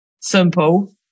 simple